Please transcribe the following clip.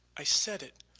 i said it,